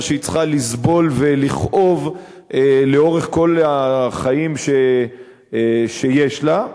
שהיא צריכה לסבול ולכאוב לאורך כל החיים שיש לה.